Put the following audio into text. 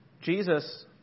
Jesus